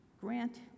Grant